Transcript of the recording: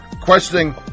questioning